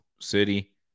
city